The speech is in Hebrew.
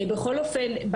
בכל אופן,